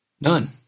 None